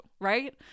right